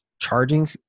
charging